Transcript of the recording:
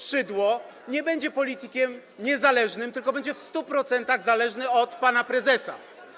Szydło nie będzie politykiem niezależnym, tylko będzie w 100% zależny od pana prezesa.